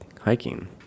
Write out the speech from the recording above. hiking